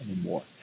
anymore